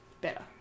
better